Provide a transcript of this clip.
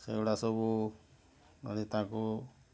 ସେଗୁଡ଼ା ସବୁ ମାନେ ତାଙ୍କୁ